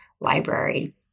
library